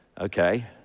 Okay